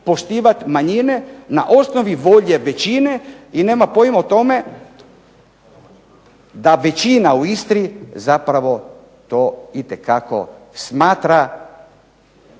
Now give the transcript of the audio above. poštivati manjine na osnovi volje većine, i nema pojma o tome da većina u Istri zapravo to itekako smatra